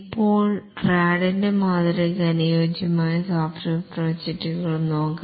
ഇപ്പോൾ റാഡിന്റെ മാതൃകക്ക് അനുയോജ്യമായ സോഫ്റ്റ്വെയർ പ്രോജക്റ്റുകൾ നോക്കാം